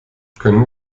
könnten